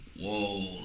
whoa